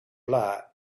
light